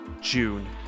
June